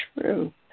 true